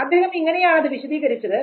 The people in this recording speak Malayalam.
അദ്ദേഹം ഇങ്ങനെയാണത് വിശദീകരിച്ചത്